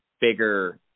bigger